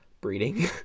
breeding